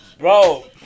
Bro